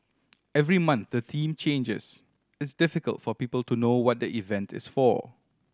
every month the theme changes it's difficult for people to know what the event is for